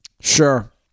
sure